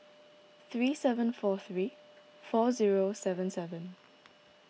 three seven four three four zero seven seven